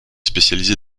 spécialisée